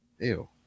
Ew